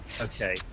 Okay